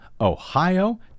Ohio